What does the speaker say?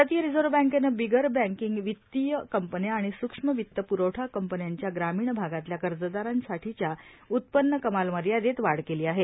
भारतीय रिझर्व्ह बँकेनं बि र बँकिं वितीय कंपन्या आणि सूक्ष्म वित प्रवठा कंपन्यांच्या ग्रामीण भा ातल्या कर्जदारांसाठीच्या उत्पन्न कमाल मर्यादेत वाढ केली आहे